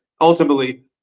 ultimately